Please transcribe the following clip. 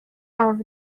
out